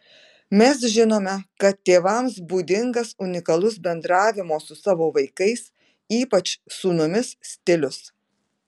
mes žinome kad tėvams būdingas unikalus bendravimo su savo vaikais ypač sūnumis stilius